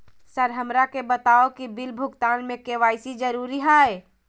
Sir हमरा के बताओ कि बिल भुगतान में के.वाई.सी जरूरी हाई?